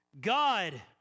God